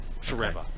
forever